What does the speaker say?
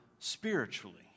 Spiritually